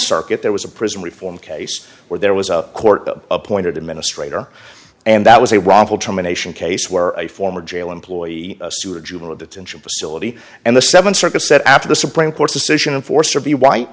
circuit there was a prison reform case where there was a court of appointed administrator and that was a wrongful termination case where a former jail employee or juvenile detention facility and the th circuit said after the supreme court's decision in force or b